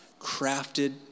crafted